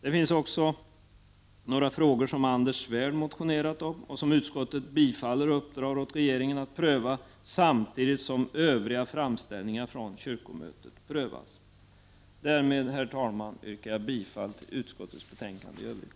Det finns även några frågor som Anders Svärd motionerat om och som utskottet tillstyrker och föreslår riksdagen att uppdra åt regeringen att pröva samtidigt som övriga framställningar från kyrkomötet prövas. Herr talman! Härmed yrkar jag bifall till utskottets hemställan i betänkandet i övrigt.